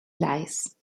lise